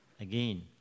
again